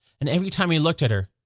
and every time he looked at her,